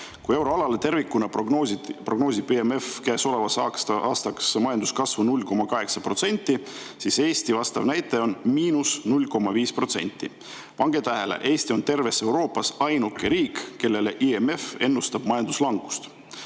Euroalal tervikuna prognoosib IMF käesolevaks aastaks majanduskasvu 0,8%, aga Eesti vastav näitaja on –0,5%. Pange tähele, Eesti on terves Euroopas ainuke riik, kellele IMF ennustab majanduslangust.